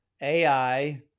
AI